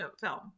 film